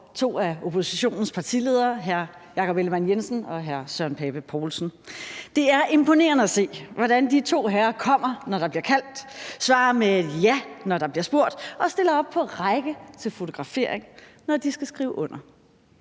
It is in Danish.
to af oppositionens partiledere, hr. Jakob Ellemann-Jensen og hr. Søren Pape Poulsen. Det er imponerende at se, hvordan de to herrer kommer, når der bliver kaldt, svarer med et ja, når der bliver spurgt, og stiller op på række til fotografering, når de skal skrive under.